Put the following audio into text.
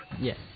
Yes